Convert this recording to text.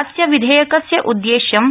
अस्य विधेकस्य उद्देश्यं